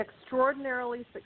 extraordinarily